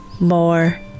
more